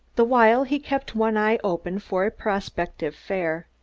the while he kept one eye open for a prospective fare.